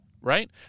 right